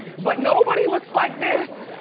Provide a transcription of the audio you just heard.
but nobody looks like this.